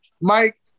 Mike